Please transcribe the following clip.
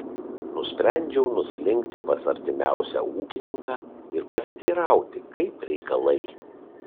nusprendžiau nuslinkti pas artimiausią ūkininką ir pasiteirauti kaip reikalai